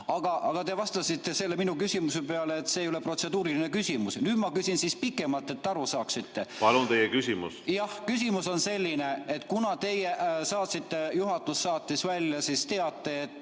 Aga te vastasite minu küsimuse peale, et see ei ole protseduuriline küsimus. Nüüd ma küsin pikemalt, et te aru saaksite. Palun teie küsimus! Jah, küsimus on selline: kuna teie saatsite, st juhatus saatis välja teate, et